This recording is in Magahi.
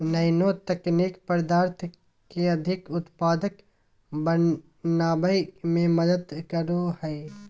नैनो तकनीक पदार्थ के अधिक उत्पादक बनावय में मदद करो हइ